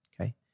Okay